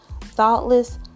thoughtless